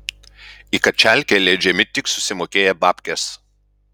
į kačialkę įleidžiami tik susimokėję babkes